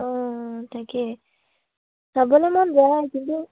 অঁ তাকে চাবলে মন